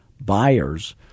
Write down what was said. buyers